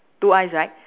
two eyes right